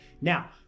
Now